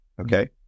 Okay